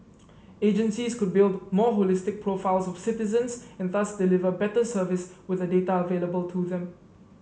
agencies could build more holistic profiles of citizens and thus deliver better service with the data available to them